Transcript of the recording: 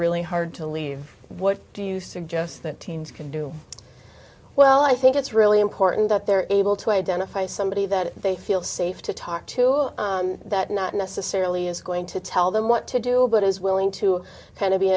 really hard to leave what do you suggest that teens can do well i think it's really important that there is able to identify somebody that they feel safe to talk to that not necessarily is going to tell them what to do a bit is willing to kind